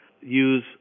use